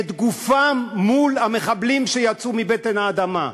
את גופם, מול המחבלים שיצאו מבטן האדמה.